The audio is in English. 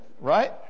right